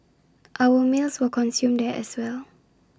our meals were consumed there as well